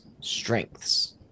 strengths